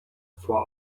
for